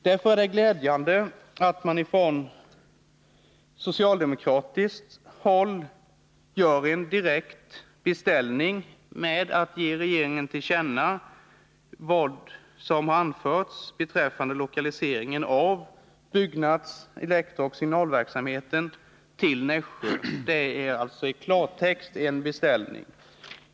Därför är det glädjande att man från socialdemokratiskt håll gör en direkt beställning genom att ge regeringen till känna vad som har anförts beträffande lokaliseringen av byggnads-, elektrooch signalverksamheten till Nässjö. Det är alltså i klartext en beställning.